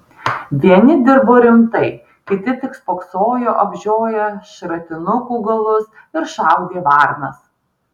vieni dirbo rimtai kiti tik spoksojo apžioję šratinukų galus ir šaudė varnas